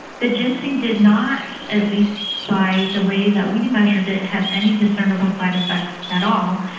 the ginseng did not, at least by the way that we measured it, have any discernable side effects at all.